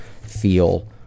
feel